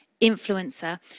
Influencer